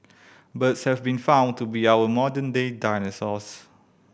birds have been found to be our modern day dinosaurs